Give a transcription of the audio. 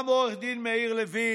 גם עו"ד מאיר לוין,